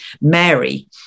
Mary